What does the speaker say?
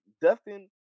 Dustin